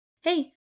Hey